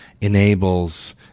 enables